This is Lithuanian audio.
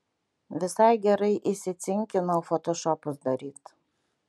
visai gerai įsicinkinau fotošopus daryt